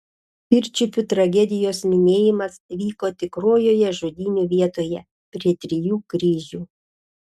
pirčiupių tragedijos minėjimas vyko tikrojoje žudynių vietoje prie trijų kryžių